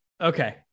Okay